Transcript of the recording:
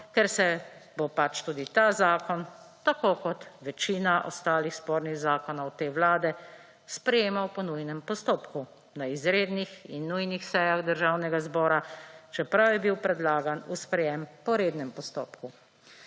ker se bo pač tudi ta zakon, tako kot večina ostalih spornih zakonov te Vlade, sprejemal po nujnem postopku, na izrednih in nujnih sejah Državnega zbora, čeprav je bil predlagan v sprejetje po rednem postopku.